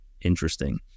interesting